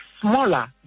smaller